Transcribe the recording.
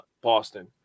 Boston